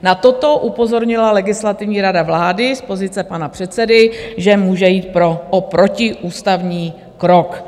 Na toto upozornila Legislativní rada vlády z pozice pana předsedy, že může jít o protiústavní krok.